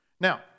Now